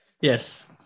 Yes